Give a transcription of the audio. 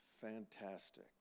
fantastic